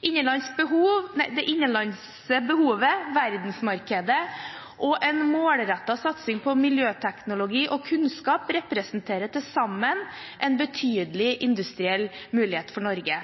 Det innenlandske behovet, verdensmarkedet og en målrettet satsing på miljøteknologi og kunnskap representerer til sammen en betydelig industriell mulighet for Norge.